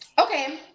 Okay